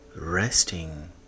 resting